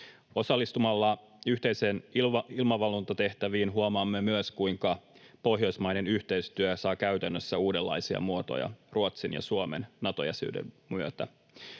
Osallistumalla yhteisiin ilmavalvontatehtäviin huomaamme myös, kuinka pohjoismainen yhteistyö saa käytännössä uudenlaisia muotoja Ruotsin ja Suomen Nato-jäsenyyden myötä.